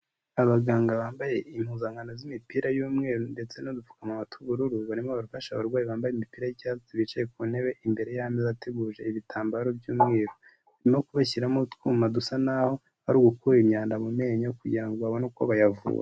Abaganga bambaye impuzankano z'imipira y'umweru ndetse n'udupfukamawa tw'ubururu barimo bafasha abarwayi bambaye imipira y'icyatsi bicaye ku ntebe imbere y'ameza ateguje ibitambaro by'umweru. Barimo kubashyiramo utwuma dusa naho ari ugukura imyanda mu menyo kugira ngo babone uko bayavura.